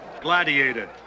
gladiator